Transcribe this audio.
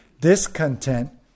Discontent